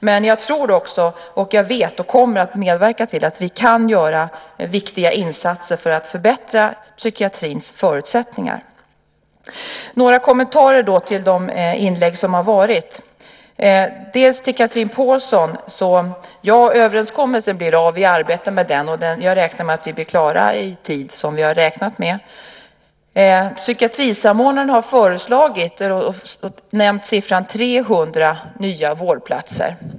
Men jag vet och kommer att medverka till att vi kan göra viktiga insatser för att förbättra psykiatrins förutsättningar. Jag har några kommentarer till de inlägg som har gjorts. Till Chatrine Pålsson kan jag säga att överenskommelsen blir av. Vi arbetar med den, och jag räknar med att vi blir klara i tid. Psykiatrisamordnaren har föreslagit och nämnt siffran 300 nya vårdplatser.